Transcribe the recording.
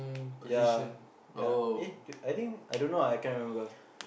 ya ya eh I think I don't know ah I cannot remember